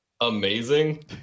amazing